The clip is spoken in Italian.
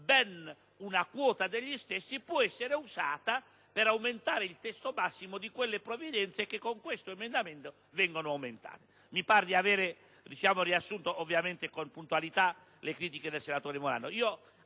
una quota degli stessi può essere usata per aumentare il tetto massimo di quelle provvidenze che con questo emendamento vengono aumentate. Mi sembra di aver riassunto con puntualità le critiche del senatore Morando.